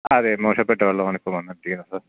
അതെ മോശപ്പെട്ട വെള്ളമാണ് ഇപ്പോൾ വന്നുകൊണ്ടിരിക്കുന്നത് സാർ